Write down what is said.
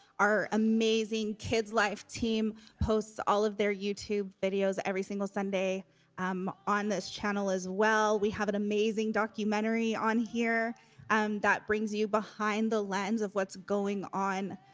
our amazing kids life team hosts all of their youtube videos every single sunday um on this channel as well. we have an amazing documentary on here and um that brings you behind the lens of what's going on